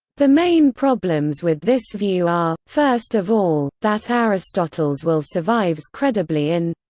the main problems with this view are, first of all, that aristotle's will survives credibly in